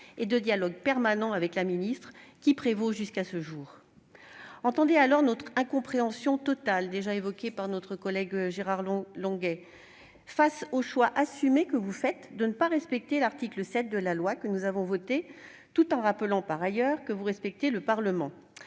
et de dialogue permanent avec la ministre, qui prévaut jusqu'à ce jour. Entendez, dès lors, notre incompréhension totale, exprimée par notre collègue Gérard Longuet, face au choix assumé que vous faites de ne pas respecter l'article 7 de la loi que nous avons adoptée, tout en rappelant, par ailleurs, que vous respectez le Parlement.